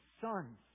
sons